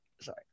sorry